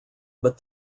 but